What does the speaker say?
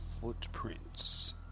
footprints